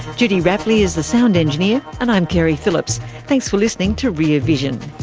judy rapley is the sound engineer and i'm keri phillips. thanks for listening to rear vision